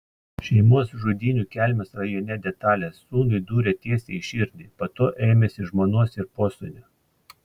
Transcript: šeimos žudynių kelmės rajone detalės sūnui dūrė tiesiai į širdį po to ėmėsi žmonos ir posūnio